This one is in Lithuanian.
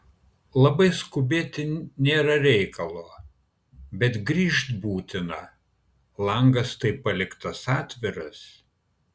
labai skubėti nėra reikalo bet grįžt būtina langas tai paliktas atviras